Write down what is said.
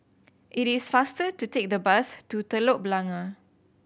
it is faster to take the bus to Telok Blangah